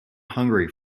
hungry